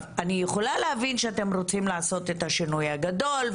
אני יכולה להבין שאתם רוצים לעשות את השינוי הגדול,